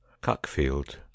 Cuckfield